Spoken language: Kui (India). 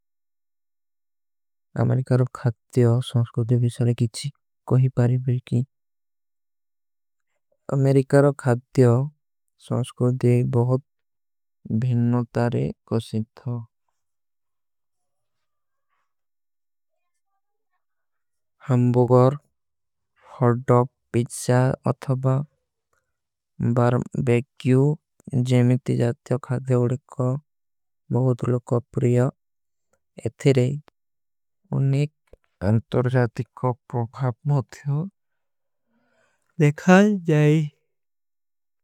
ଅମେରିକାରୋ ଖାତ୍ତେ ହୋ ସଂସ୍କୌତେ ଵିଶାରେ କିଛୀ କହୀ ପାରିଵର କୀ। ଅମେରିକାରୋ ଖାତ୍ତେ ହୋ ସଂସ୍କୌତେ ବହୁତ ଭୀନୋତାରେ। କିଛୀ ଥା ହାମ୍ବୋଗର ହର୍ଡଗ ପୀଚା ଅଥଵା ବାର ବେକ୍ଯୂ ଜୈମିକ୍ଟୀ। ଜାତ୍ତେ ଖାତ୍ତେ ଉଲେକା ବହୁତ ଲୋଗ କା ପ୍ରିଯା ଇତିରେ ଉନିକ। ଅଂତର ଜାତିକ କା ପ୍ରଖାବ ମତ୍ଯୋ ଦେଖା ଜାଈ।